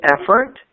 effort